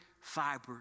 fiber